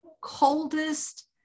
coldest